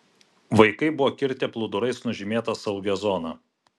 vaikai buvo kirtę plūdurais nužymėta saugią zoną